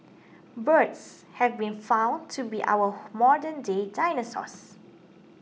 birds have been found to be our modernday dinosaurs